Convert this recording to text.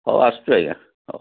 ହେଉ ଆସୁଛି ଆଜ୍ଞା ହେଉ